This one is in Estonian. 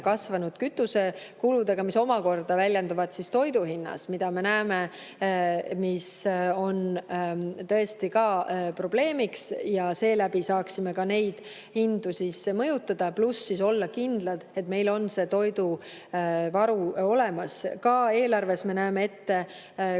kasvanud kütusekuludega, mis omakorda väljenduvad toiduhinnas, mida me näeme, mis on tõesti ka probleem, ja seeläbi saaksime neid hindu mõjutada, pluss olla kindlad, et meil on toiduvaru olemas. Eelarves me näeme ette ka